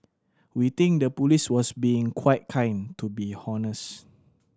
we think the police was being quite kind to be honest